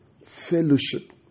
Fellowship